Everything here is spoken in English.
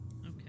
Okay